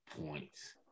points